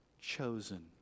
chosen